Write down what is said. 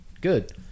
good